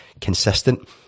consistent